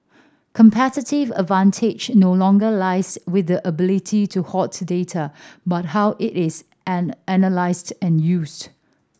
competitive advantage no longer lies with the ability to hoard data but how it is analysed and used